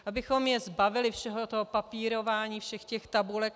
Abychom je zbavili všeho toho papírování, všech těch tabulek.